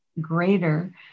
greater